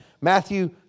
Matthew